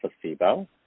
placebo